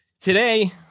today